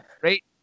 great